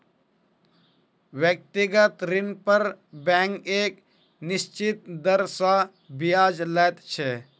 व्यक्तिगत ऋण पर बैंक एक निश्चित दर सॅ ब्याज लैत छै